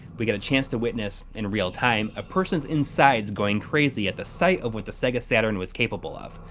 we get a chance to witness in real time, a person's insides going crazy at the sight of what the sega saturn is capable of.